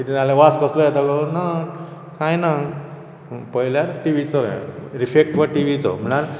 कितें जालें वास कसलो येता गो ना कांय ना पळयल्यार टी व्ही गुन्यांव इफेक्ट हो टी व्हीचो